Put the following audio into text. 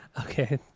Okay